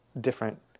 different